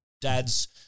dads